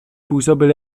působil